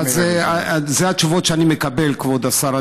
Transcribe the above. אלו התשובות שאני מקבל, כבוד השר.